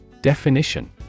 Definition